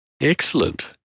Excellent